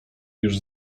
już